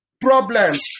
problems